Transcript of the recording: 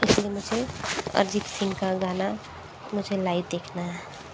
इसलिए मुझे अरिजीत सिंह का गाना मुझे लाइव देखना है